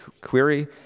query